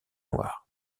noir